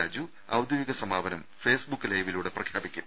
രാജു ഔദ്യോകിക സമാപനം ഫേസ്ബുക്ക് ലൈവിലൂടെ പ്രഖ്യാപിക്കും